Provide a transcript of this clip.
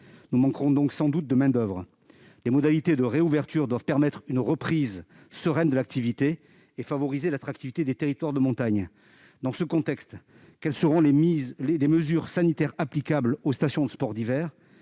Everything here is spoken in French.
nous manquerons sans doute de main d'oeuvre. Les modalités de réouverture doivent permettre une reprise sereine de l'activité et favoriser l'attractivité des territoires de montagne. Dans ce contexte, quelles mesures sanitaires seront applicables aux stations de sports d'hiver ?